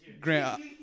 Grant